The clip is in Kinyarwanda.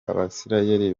abisirayeli